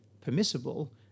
permissible